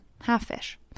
half-fish